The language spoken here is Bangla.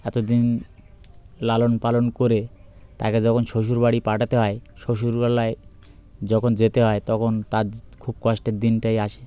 এতদিন লালন পালন করে তাকে যখন শ্বশুর বাড়ি পাঠাতে হয় শ্বশুরবেলায় যখন যেতে হয় তখন তার খুব কষ্টের দিনটাই আসে